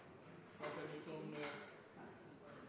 hva det